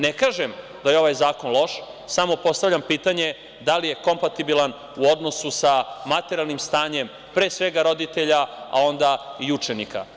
Ne kažem da je ovaj zakon loš, samo postavljam pitanje da li je kompatibilan u odnosu sa materijalnim stanjem, pre svega roditelja, a onda i učenika?